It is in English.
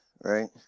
right